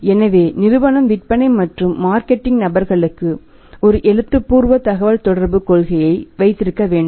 எனவே நிறுவனம் விற்பனை மற்றும் மார்க்கெட்டிங் நபர்களுக்கு ஒரு எழுத்துப்பூர்வ தகவல்தொடர்பு கொள்கையை வைத்திருக்க வேண்டும்